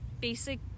basic